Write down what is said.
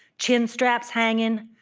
chin straps hanging,